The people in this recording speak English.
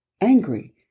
angry